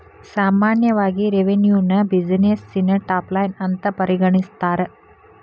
ಸಾಮಾನ್ಯವಾಗಿ ರೆವೆನ್ಯುನ ಬ್ಯುಸಿನೆಸ್ಸಿನ ಟಾಪ್ ಲೈನ್ ಅಂತ ಪರಿಗಣಿಸ್ತಾರ?